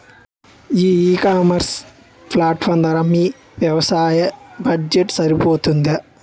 ఈ e commerce platform ధర మీ వ్యవసాయ బడ్జెట్ సరిపోతుందా?